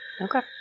Okay